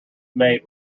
made